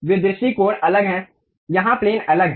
वे दृष्टिकोण अलग हैं यहाँ प्लेन अलग हैं